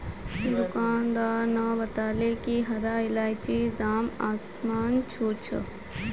दुकानदार न बताले कि हरा इलायचीर दाम आसमान छू छ